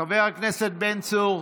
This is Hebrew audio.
חבר הכנסת בן צור,